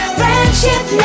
friendship